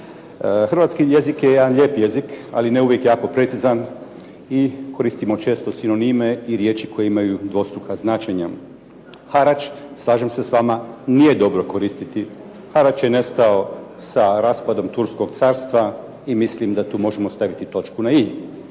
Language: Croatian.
Hrvatski jezik je jedan lijep jezik, ali ne uvijek jako precizan i koristimo često sinonime i riječi koje imaju dvostruka značenja. Harač, slažem se s vama, nije dobro koristiti. Harač je nestao sa raspadom turskog carstva i mislim da tu možemo staviti točku na i.